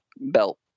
belt